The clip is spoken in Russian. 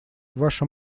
ваша